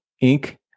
ink